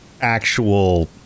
actual